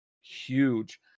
huge